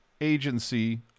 agency